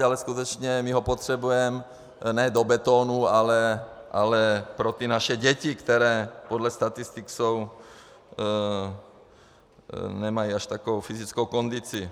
Ale skutečně my ho potřebujeme ne do betonu, ale pro naše děti, které podle statistik nemají až takovou fyzickou kondici.